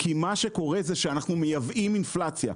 כי מה שקורה זה שאנחנו מייבאים אינפלציה.